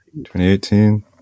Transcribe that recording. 2018